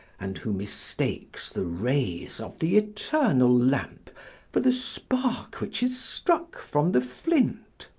and who mistakes the rays of the eternal lamp for the spark which is struck from the flint.